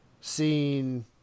seen